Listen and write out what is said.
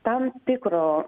tam tikro